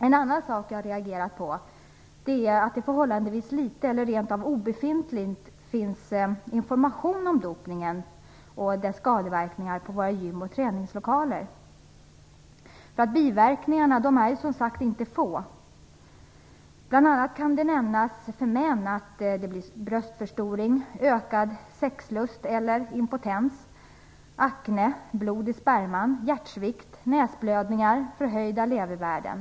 En annan sak som jag har reagerat på är att det vid våra gym och träningslokaler finns förhållandevis litet eller obefintlig information om dopningen och dess skadeverkningar. Biverkningarna är ju som sagt inte få. Biverkningarna hos män är bl.a. bröstförstoring, ökad sexlust eller impotens, acne, blod i sperman, hjärtsvikt, näsblödningar och förhöjda levervärden.